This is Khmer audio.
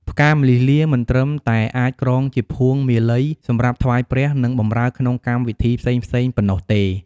ផ្កាម្លិះលា មិនត្រឹមតែអាចក្រងជាភួងមាល័យសម្រាប់ថ្វាយព្រះ និងបម្រើក្នុងកម្មវិធីផ្សេងៗប៉ុណ្ណោះទេ។